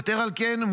יתר על כן,